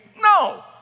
No